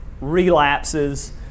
relapses